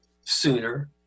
sooner